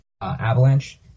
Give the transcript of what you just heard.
Avalanche